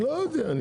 לא יודע.